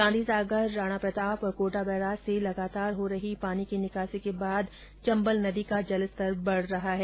गांधीसागर राणाप्रताप और कोटा बैराज से लगातार हो रही पानी की निकासी के बाद चंबल नदी का जलस्तर बढ रहा है